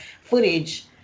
footage